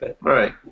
Right